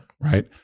right